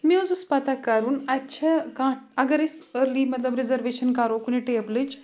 مےٚ حظ اوس پَتہ کَرُن اَتہِ چھےٚ کانٛہہ اگر أسۍ أرلی مطلب رِزٔرویشَن کَرو کُنہِ ٹیبلٕچ